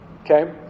Okay